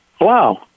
Wow